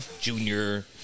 junior